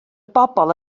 bobl